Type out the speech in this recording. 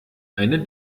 eine